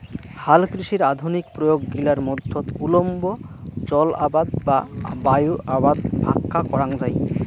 হালকৃষির আধুনিক প্রয়োগ গিলার মধ্যত উল্লম্ব জলআবাদ বা বায়ু আবাদ ভাক্কা করাঙ যাই